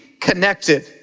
connected